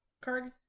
Cardi